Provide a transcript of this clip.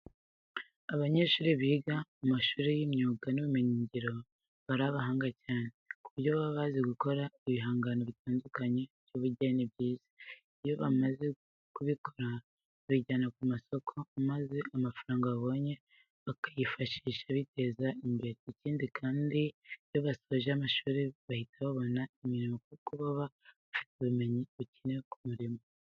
Abanyeshuri biga mu mashuri y'imyuga n'ubumenyingiro baba ari abahanga cyane ku buryo baba bazi gukora ibihangano bitandukanye by'ubugeni byiza. Iyo bamaze kubikora babijyana ku masoko maza amafaranga babonye bakayifashisha biteza imbere. Ikindi kandi, iyo basoje amashuri bahita babona imirimo kuko baba bafite ubumenyi bukenewe ku murimo.